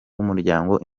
w’umuryango